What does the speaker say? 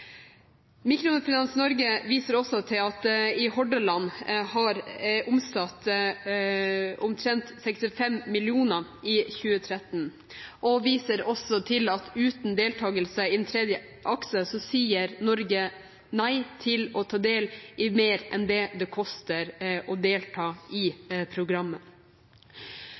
Mikrofinans Norge viser til at man i Hordaland har omsatt omtrent 65 mill. kr i 2013, og viser også til at uten deltakelse i den tredje akse sier Norge nei til å ta del i mer enn det det koster å delta i